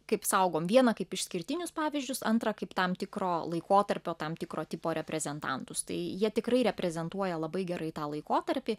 kaip saugom viena kaip išskirtinius pavyzdžius antra kaip tam tikro laikotarpio tam tikro tipo reprezentantus tai jie tikrai reprezentuoja labai gerai tą laikotarpį